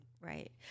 Right